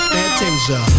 Fantasia